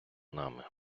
нами